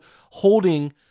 holding